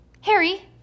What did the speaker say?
harry